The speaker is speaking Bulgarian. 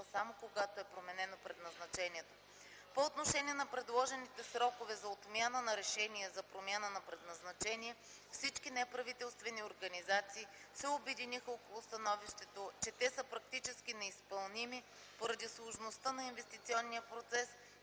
само когато е променено предназначението. По отношение на предложените срокове за отмяна на решение за промяна на предназначение, всички неправителствени организации се обединиха около становището, че те са практически неизпълними поради сложността на инвестиционния процес,